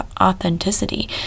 authenticity